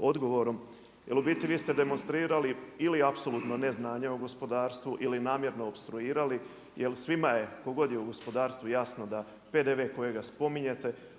odgovorom jer u biti vi ste demonstrirali ili apsolutno neznanje o gospodarstvu ili namjerno opstruirali, jer svima je, tko god je u gospodarstvu, jasno da PDV kojega spominjete